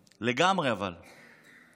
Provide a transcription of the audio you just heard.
לגמרי, אבל.